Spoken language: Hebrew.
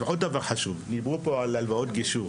עוד דבר חשוב, דיברו כאן על הלוואות גישור.